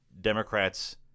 Democrats